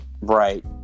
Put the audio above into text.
right